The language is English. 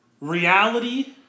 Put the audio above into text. reality